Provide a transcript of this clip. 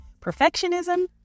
perfectionism